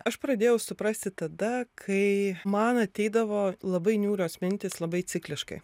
aš pradėjau suprasti tada kai man ateidavo labai niūrios mintys labai cikliškai